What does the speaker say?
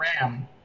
ram